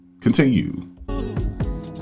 Continue